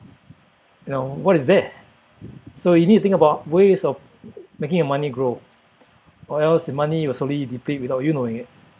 you know what is there so you need to think about ways of making your money grow or else your money will slowly deplete without you knowing it